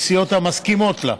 יש סיעות המסכימות לה.